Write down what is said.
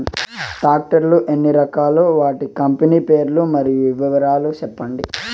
Tractor లు ఎన్ని రకాలు? వాటి కంపెని పేర్లు మరియు వివరాలు సెప్పండి?